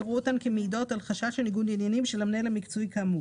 יראו אותן כמעידות על חשש לניגוד עניינים של המנהל המקצועי האמור: